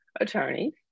Attorneys